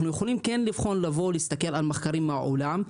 אנחנו יכולים לבחון ולהסתכל על מחקרים מהעולם,